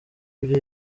ibyo